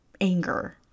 anger